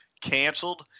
canceled